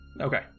Okay